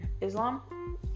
Islam